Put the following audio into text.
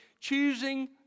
choosing